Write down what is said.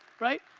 right?